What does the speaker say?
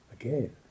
again